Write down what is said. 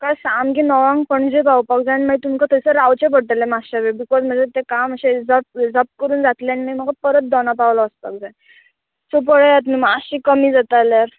म्हाका सामकें णवांक पणजे पावपाक जाय आनी मागीर तुमकां थंयसर रावचें पडटलें मातशें वेळ बिकोज म्हाजें तें काम जप्प जप्प करून जातलें आनी मागीर म्हाका परत दोना पावला वचपाक जाय सो पळयात न्हू मातशें कमी जाता जाल्यार